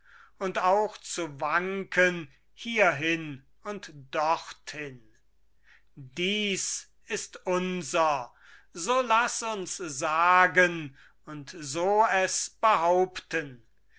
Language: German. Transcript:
und auch zu wanken hierhin und dorthin dies ist unser so laß uns sagen und so es behaupten